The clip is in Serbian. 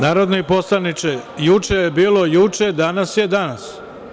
Narodni poslaniče, juče je bilo juče, danas je danas.